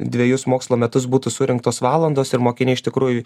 dvejus mokslo metus būtų surinktos valandos ir mokiniai iš tikrųjų